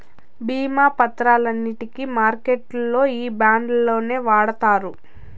భీమా పత్రాలన్నింటికి మార్కెట్లల్లో ఈ బాండ్లనే వాడుతారు